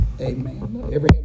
amen